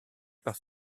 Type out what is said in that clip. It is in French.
par